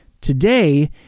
today